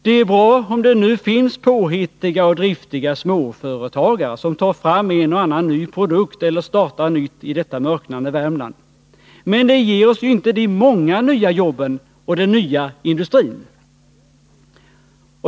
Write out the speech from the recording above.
Det är bra om det nu finns påhittiga och driftiga småföretagare, som tar fram en och annan ny produkt eller startar något nytt företag i detta mörknande Värmland. Men det ger oss ju inte de många nya jobben och den nya industrin.